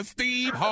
Steve